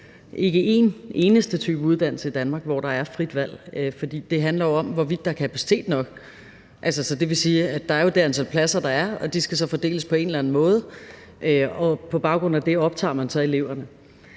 ikke en eneste type uddannelse i Danmark, hvor der er frit valg. For det handler jo om, hvorvidt der er kapacitet nok. Det vil sige, at der jo er det antal pladser, der er, og de skal så fordeles på en eller anden måde, og på baggrund af det optager man så eleverne.